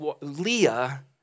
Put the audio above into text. Leah